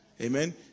amen